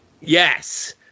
Yes